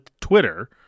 Twitter